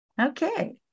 Okay